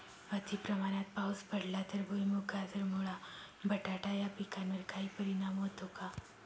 अतिप्रमाणात पाऊस पडला तर भुईमूग, गाजर, मुळा, बटाटा या पिकांवर काही परिणाम होतो का?